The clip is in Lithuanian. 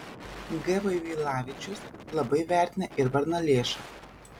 g vaivilavičius labai vertina ir varnalėšą